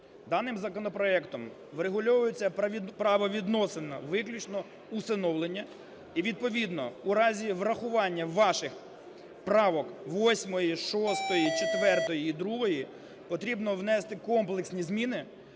Даним законопроектом врегульовуються правовідносини виключно усиновлення, і відповідно у разі врахування ваших правок: 8-ї, 6-ї,4-ї і 2-ї - потрібно внести комплексні зміни